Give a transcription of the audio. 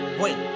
Wait